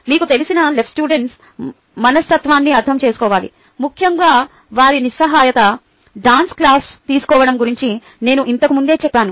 మీకు తెలిసిన LS మనస్తత్వాన్ని అర్థం చేసుకోవాలి ముఖ్యంగా వారి నిస్సహాయత డ్యాన్స్ క్లాస్ తీసుకోవడం గురించి నేను ఇంతకు ముందే చెప్పాను